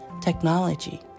technology